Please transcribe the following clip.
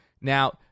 Now